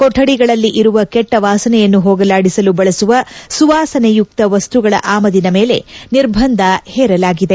ಕೊಠಡಿಗಳಲ್ಲಿ ಇರುವ ಕೆಟ್ಟ ವಾಸನೆಯನ್ನು ಹೋಗಲಾಡಿಸಲು ಬಳಸುವ ಸುವಾಸನೆಯುಕ್ತ ವಸ್ಗುಗಳ ಆಮದಿನ ಮೇಲೆ ನಿರ್ಬಂಧ ಹೇರಲಾಗಿದೆ